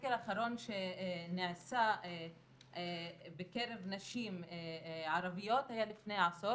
הסקר האחרון שנעשה בקרב נשים ערביות היה לפני עשור